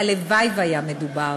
הלוואי שהיה מדובר.